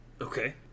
okay